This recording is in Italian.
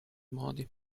modi